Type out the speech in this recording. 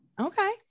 Okay